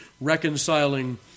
reconciling